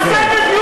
על זה בדיוק.